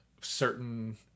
certain